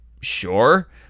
Sure